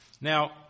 Now